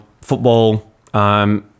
football